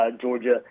Georgia